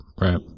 Right